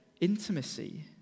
intimacy